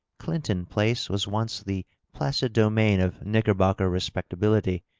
clinton place was once the placid domain of knickerbocker respectability,